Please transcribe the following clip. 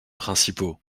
principaux